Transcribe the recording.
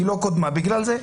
היא לא קודמה בגלל זה.